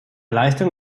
leistung